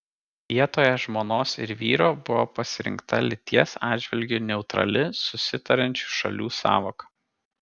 vietoje žmonos ir vyro buvo pasirinkta lyties atžvilgiu neutrali susitariančių šalių sąvoka